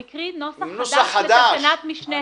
הוא הקריא נוסח חדש של תקנת משנה (ה).